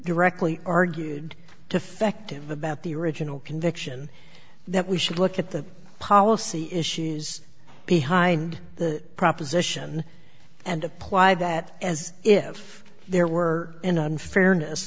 directly argued defective about the original conviction that we should look at the policy issues behind the proposition and apply that as if there were an unfairness